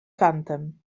kantem